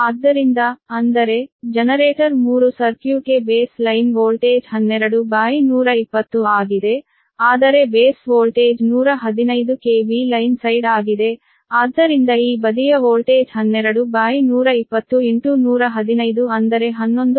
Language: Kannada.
ಆದ್ದರಿಂದ ಅಂದರೆ ಜನರೇಟರ್ 3 ಸರ್ಕ್ಯೂಟ್ಗೆ ಬೇಸ್ ಲೈನ್ ವೋಲ್ಟೇಜ್ ಆಗಿದೆ ಆದರೆ base voltage 115 KV line side ಆಗಿದೆ ಆದ್ದರಿಂದ ಈ ಬದಿಯ ವೋಲ್ಟೇಜ್ ಅಂದರೆ 11